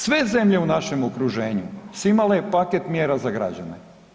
Sve zemlje u našem okruženju su imale paket mjera za građane.